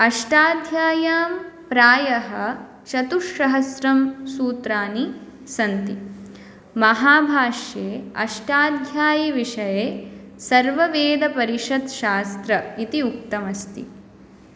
अष्टाध्याय्यां प्रायः चतुस्सहस्रं सूत्राणि सन्ति महाभाष्ये अष्टाध्यायिविषये सर्ववेदपरिषद्शास्त्रम् इति उक्तमस्ति